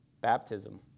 Baptism